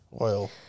oil